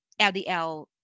LDL